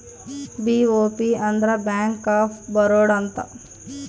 BOB ಅಂದ್ರ bank of Baroda ಅಂತ